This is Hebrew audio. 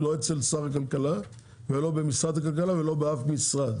לא אצל שר הכלכלה ולא במשרד הכלכלה ולא באף משרד.